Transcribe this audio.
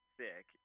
sick